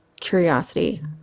curiosity